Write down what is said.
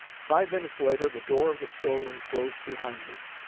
five minutes later the door of the store-room closed behind me.